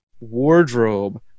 wardrobe